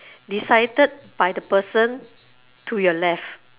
decided by the person to your left